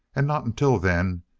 and not until then,